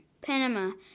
Panama